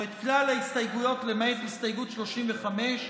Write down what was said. או את כלל ההסתייגויות למעט הסתייגות 35,